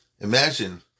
Imagine